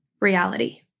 reality